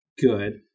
good